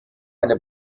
eine